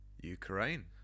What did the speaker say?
Ukraine